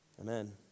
Amen